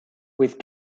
with